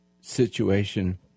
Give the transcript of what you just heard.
situation